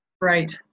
Right